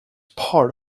part